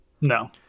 No